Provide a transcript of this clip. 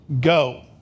go